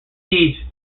siege